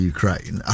Ukraine